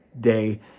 day